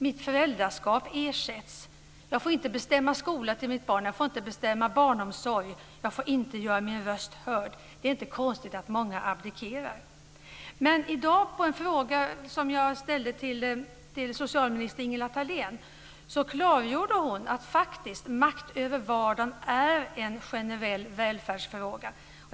Mitt föräldraskap ersätts. Jag får inte bestämma vilken skola jag vill ha till mina barn. Jag får inte bestämma vilken barnomsorg jag vill ha. Jag får inte göra min röst hörd. Det är inte konstigt att många abdikerar. Thalén. Hon klargjorde faktiskt att makt över vardagen är en generell välfärdsfråga.